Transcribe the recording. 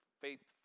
faithful